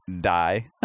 die